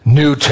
new